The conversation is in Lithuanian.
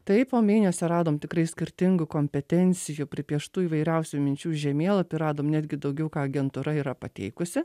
tai po mėnesio radom tikrai skirtingų kompetencijų pripieštų įvairiausių minčių žemėlapį radom netgi daugiau ką agentūra yra pateikusi